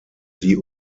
die